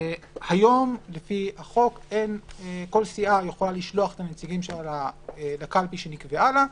היום לפי החוק כל סיעה יכולה לשלוח את הנציגים שלה לקלפי שנקבעה לה,